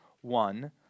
One